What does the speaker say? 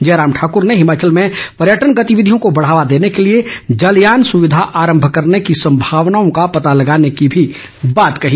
जयराम ठाकर ने हिमाचल में पर्यटन गतिविधियों को बढावा देने के लिए जलयान सुविधा आरम्म करने की संमावनाओं का पता लगाने की भी बात कही